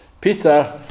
Peter